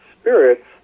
spirits